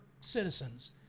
citizens